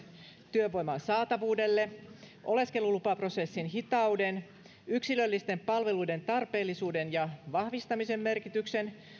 työvoiman saatavuudelle oleskelulupaprosessin hitauden yksilöllisten palveluiden tarpeellisuuden ja vahvistamisen merkityksen